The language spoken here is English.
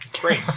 Great